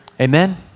Amen